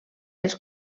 els